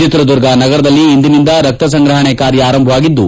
ಚಿತ್ರದುರ್ಗ ನಗರದಲ್ಲಿ ಇಂದಿನಿಂದ ರಕ್ತ ಸಂಗ್ರಹಣೆ ಮಾಡುವ ಕಾರ್ಯ ಆರಂಭವಾಗಿದ್ದು